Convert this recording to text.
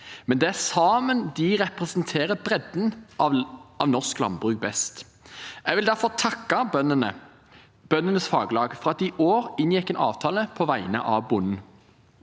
men det er sammen de best representerer bredden av norsk landbruk. Jeg vil derfor takke bøndenes faglag for at de i år inngikk en avtale på vegne av bonden.